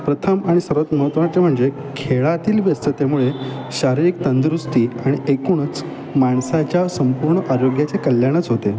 प्रथम आणि सर्वात महत्त्वाचे म्हणजे खेळातील व्यस्तमुळे शारीरिक तंदुरुस्ती आणि एकूणच माणसाच्या संपूर्ण आरोग्याचे कल्याणच होते